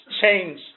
change